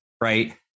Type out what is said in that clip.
right